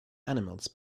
animals